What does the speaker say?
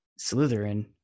slytherin